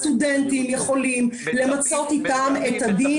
הסטודנטים יכולים למצות איתו את הדין.